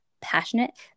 passionate